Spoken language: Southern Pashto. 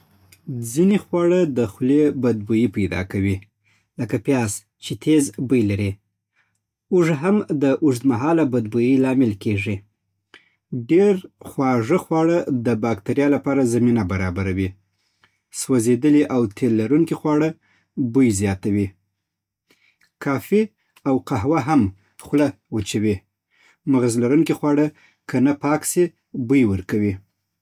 ځینې خواړه د خولې بدبويي پیدا کوي. لکه پیاز چې تېز بوی لري. اوږه هم د اوږدمهاله بدبويي لامل کېږي. ډېر خوږ خواړه د باکتریا لپاره زمینه برابروي. سوځېدلي او تېل لرونکي خواړه بوی زیاتوي. کافي او قهوه هم خوله وچه کوي. مغز لرونکي خواړه که نه پاک سي، بوی ورکوي